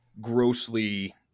grossly